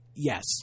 Yes